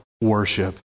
worship